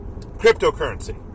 cryptocurrency